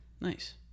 Nice